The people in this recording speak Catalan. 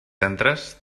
centres